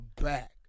back